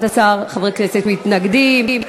11 חברי כנסת מתנגדים.